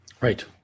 Right